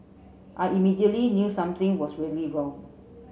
I immediately knew something was really wrong